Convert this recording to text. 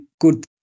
good